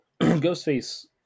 Ghostface